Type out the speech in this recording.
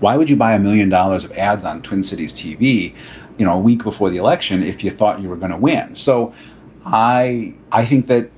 why would you buy a million dollars ads on twin cities tv you know a week before the election if you thought you were going to win? so i. i think that